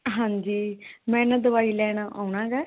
ਹਾਂਜੀ ਮੈਂ ਨਾ ਦਵਾਈ ਲੈਣ ਆਉਣਾ ਗਾ